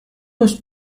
hast